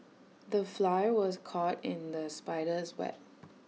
the fly was caught in the spider's web